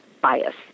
bias